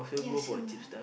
kiasu ah